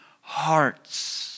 hearts